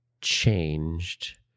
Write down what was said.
changed